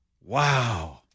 Wow